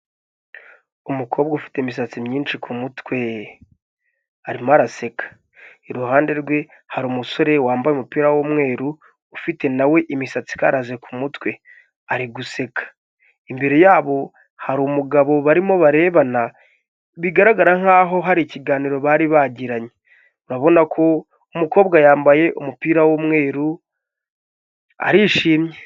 Umukobwa ufite imisatsi myinshi ku mutwe arimo araseka, iruhande rwe hari umusore wambaye umupira w'umweru ufite na we imisatsi ikaraze ku mutwe ari guseka, imbere yabo hari umugabo barimo barebana bigaragara nk'aho hari ikiganiro bari bagiranye, urabona umukobwa yambaye umupira w'umweru arishimye.